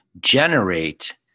generate